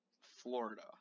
Florida